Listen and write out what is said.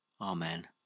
Amen